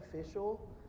official